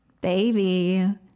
Baby